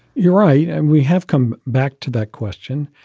you're right. and we have come back to that. question.